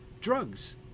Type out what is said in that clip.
Drugs